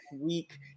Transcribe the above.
week